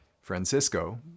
Francisco